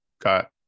got